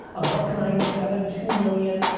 a buck ninety seven, two million,